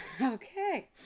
Okay